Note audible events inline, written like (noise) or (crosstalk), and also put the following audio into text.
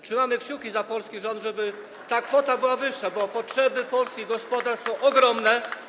Trzymamy kciuki za polski rząd, żeby ta kwota była wyższa, (applause) bo potrzeby polskich gospodarstw są ogromne.